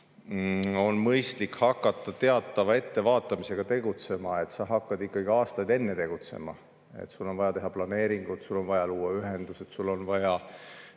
on mõistlik hakata teatava ettevaatamisega tegutsema. Sa hakkad ikkagi aastaid enne tegutsema: sul on vaja teha planeeringud, sul on vaja luua ühendused, sul on vaja